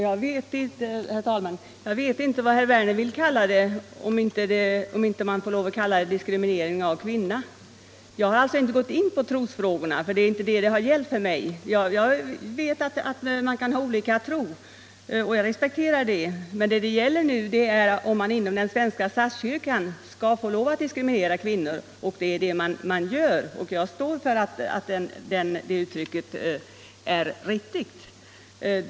Herr talman! Jag vet inte vad herr Werner i Malmö vill kalla det, om man inte får lov att kalla det diskriminering av kvinnan. Jag har inte kommit in på trosfrågorna, för det är inte dem det har gällt för mig. Man kan ha olika tro, och jag respekterar det. Men vad det gäller nu är om man inom den svenska statskyrkan skall få lov att diskriminera kvinnor — och det är det man gör. Jag står för att det uttrycket är riktigt.